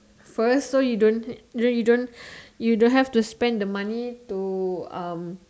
first so you don't you don't you don't have to spend the money to um